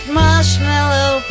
marshmallow